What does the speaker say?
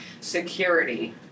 security